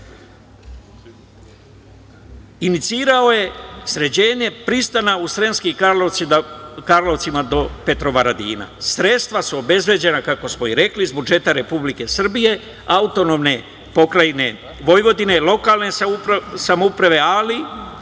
inicirao je sređivanje pristana u Sremskim Karlovcima do Petrovaradina. Sredstva su obezbeđena, kako smo i rekli, iz budžeta Republike Srbije, AP Vojvodine, lokalne samouprave,